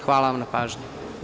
Hvala vam na pažnji.